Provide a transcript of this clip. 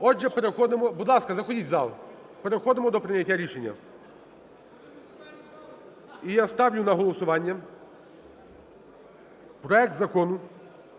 зал. Переходимо до прийняття рішення. І я ставлю на голосування проект Закону